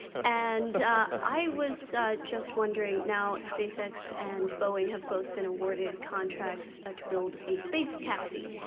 and i was just wondering, now spacex and boeing have both been awarded contracts ah to build a space taxi,